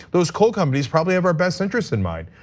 those coal companies probably have our best interest in mind.